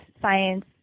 science